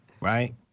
right